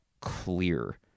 clear